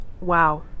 Wow